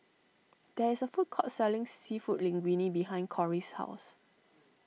there is a food court selling Seafood Linguine behind Corie's house